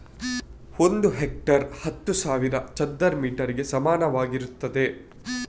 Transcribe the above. ಒಂದು ಹೆಕ್ಟೇರ್ ಹತ್ತು ಸಾವಿರ ಚದರ ಮೀಟರ್ ಗೆ ಸಮಾನವಾಗಿರ್ತದೆ